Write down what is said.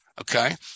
Okay